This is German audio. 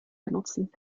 benutzen